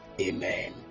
amen